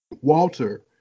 Walter